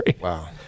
wow